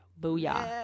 Booyah